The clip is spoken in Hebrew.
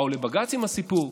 באו לבג"ץ עם הסיפור.